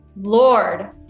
Lord